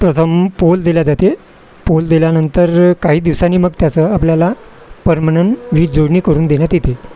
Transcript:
प्रथम पोल दिला जाते पोल दिल्यानंतर काही दिवसांनी मग त्याचं आपल्याला परमनन वीज जोडणी करून देण्यात येते